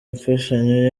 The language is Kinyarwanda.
imfashanyo